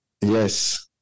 Yes